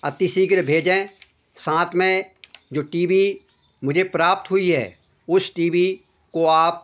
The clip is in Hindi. अति शीघ्र भेजें साथ में जो टी बी मुझे प्राप्त हुई है उस टी बी को आप